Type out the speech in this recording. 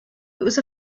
was